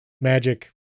Magic